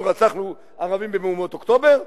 אנחנו רצחנו ערבים במהומות אוקטובר?